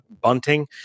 bunting